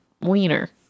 wiener